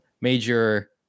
major